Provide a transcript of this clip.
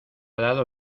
dado